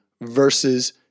versus